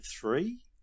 three